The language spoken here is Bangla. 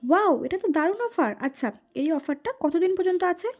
ওয়াও এটা তো দারুণ অফার আচ্ছা এই অফারটা কত দিন পর্যন্ত আছে